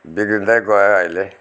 बिग्रिँदै गयो अहिले